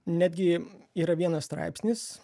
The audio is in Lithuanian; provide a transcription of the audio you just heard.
netgi yra vienas straipsnis